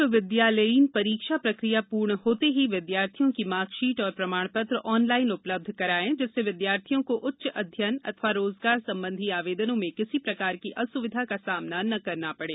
विश्वविद्यालयीन परीक्षा प्रक्रिया पूर्ण होते ही विद्यार्थियों मार्कशीट और प्रमाण पत्र ऑनलाइन उपलब्ध कराएं जिससे विद्यार्थियों को उच्च अध्ययन अथवा रोजगार संबंधी आवेदनों में किसी प्रकार की अस्विधा का सामना नहीं करना पड़े